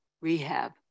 rehab